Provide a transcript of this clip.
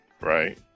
right